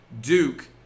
Duke